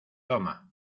toma